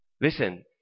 Listen